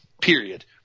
period